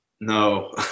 No